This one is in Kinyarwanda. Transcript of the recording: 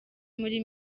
muri